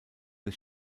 des